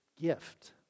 gift